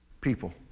people